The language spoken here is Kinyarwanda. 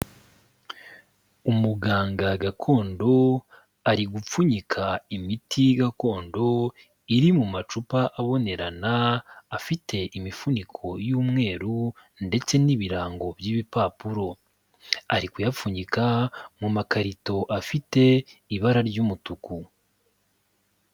Umuganga gakondo ari gupfunyika imiti gakondo iri mu macupa abonerana afite imifuniko y'umweru ndetse n'ibirango by'ibipapuro, ari kuyapfunyika mu makarito afite ibara ry'umutuku.